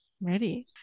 Ready